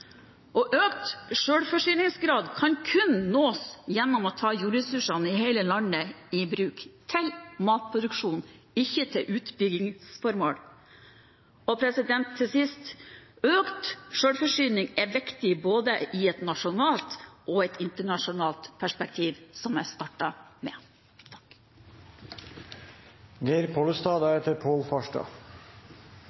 mat. Økt selvforsyningsgrad kan kun nås gjennom å ta jordressursene i hele landet i bruk til matproduksjon, ikke til utbyggingsformål. Til sist, økt selvforsyning er viktig både i et nasjonalt og et internasjonalt perspektiv, som jeg startet med.